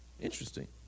Interesting